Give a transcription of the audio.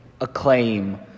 acclaim